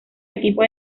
equipo